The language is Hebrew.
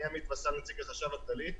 אני עמית וסאל מהחשב הכללי.